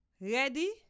Ready